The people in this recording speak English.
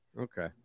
Okay